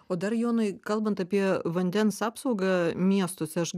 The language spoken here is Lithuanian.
o dar jonai kalbant apie vandens apsaugą miestuose aš